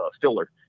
filler